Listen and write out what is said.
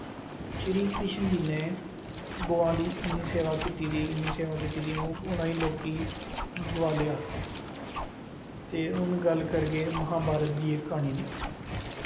श्री कृष्ण ने गवां दी इन्नी सेवा कीती दी इन्नी सेवी कित्ती दी उ'नें गी लोग गवाले आखदे ते हून गल्ल करगे इक महाभारत दी इक क्हानी दी